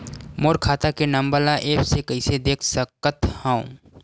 मोर खाता के नंबर ल एप्प से कइसे देख सकत हव?